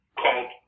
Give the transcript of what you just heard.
called